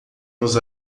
nos